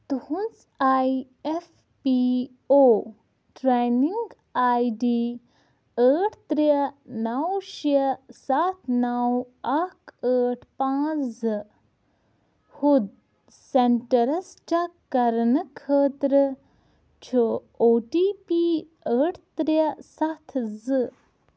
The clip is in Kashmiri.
تُہنٛز I F P O training I D ٲٹھ ترٛےٚ نو شےٚ سَتھ نو اکھ ٲٹھ پانٛژھ زٕ ہُد سینٹرس چیک کرنہٕ خٲطرٕ چھُ او ٹی پی ٲٹھ ترٛےٚ سَتھ زٕ